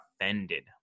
offended